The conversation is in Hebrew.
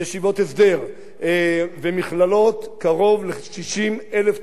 ומכללות, קרוב ל-60,000 תלמידים מכל רחבי הארץ.